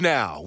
Now